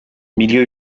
milieu